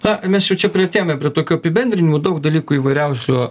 na mes jau čia priartėjome prie tokių apibendrinimų daug dalykų įvairiausių